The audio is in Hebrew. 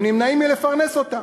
הם נמנעים מלפרנס אותם.